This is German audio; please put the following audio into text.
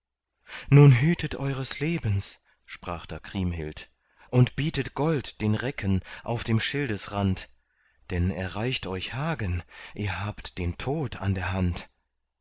nun hütet eures lebens sprach da kriemhild und bietet gold den recken auf dem schildesrand denn erreicht euch hagen ihr habt den tod an der hand